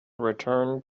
returned